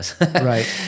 Right